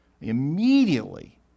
Immediately